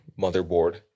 Motherboard